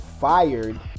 fired